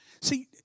see